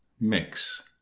mix